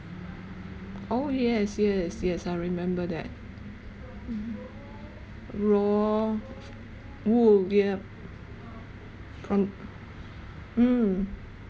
oh yes yes yes I remember that mmhmm raw wool yup con~ mm